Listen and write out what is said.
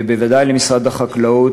ובוודאי למשרד החקלאות,